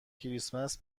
کریسمس